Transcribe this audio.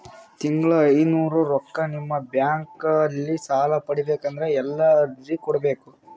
ತಿಂಗಳ ಐನೂರು ರೊಕ್ಕ ನಿಮ್ಮ ಬ್ಯಾಂಕ್ ಅಲ್ಲಿ ಸಾಲ ಪಡಿಬೇಕಂದರ ಎಲ್ಲ ಅರ್ಜಿ ಕೊಡಬೇಕು?